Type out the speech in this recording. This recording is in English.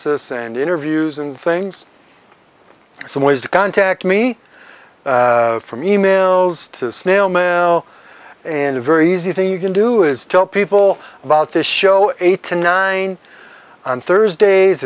lice's and interviews and things some ways to contact me from emails to snail mail and a very easy thing you can do is tell people about this show eight to nine on thursdays